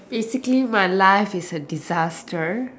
basically my life is a disaster